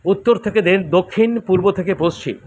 উত্তর থেকে দেড় দক্ষিণ পূর্ব থেকে পশ্চিম